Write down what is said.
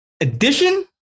edition